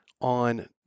on